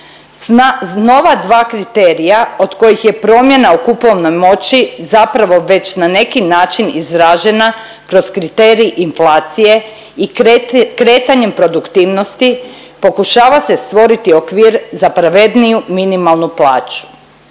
Nova dva kriterija od kojih je promjena u kupovnoj moći zapravo već na neki način izražena kroz kriterij inflacije i kretanjem produktivnosti pokušava se stvoriti okvir za pravedniju minimalnu plaću,